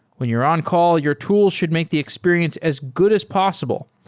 when you're on-call, your tool should make the experience as good as possible,